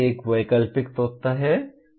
यह भी एक वैकल्पिक तत्व है